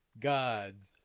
Gods